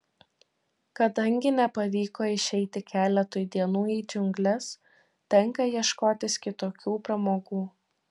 kadangi nepavyko išeiti keletui dienų į džiungles tenka ieškotis kitokių pramogų